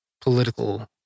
political